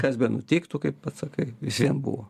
kas benutiktų kaip pats sakai vis vien buvo